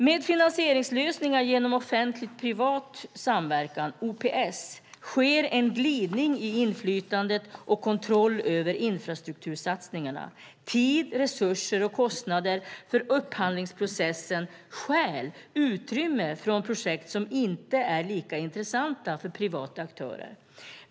Med finansieringslösningar genom offentlig-privat samverkan - OPS - sker en glidning i inflytande och kontroll över infrastruktursatsningarna. Tid, resurser och kostnader för upphandlingsprocessen stjäl utrymme från projekt som inte är lika intressanta för privata aktörer.